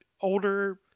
older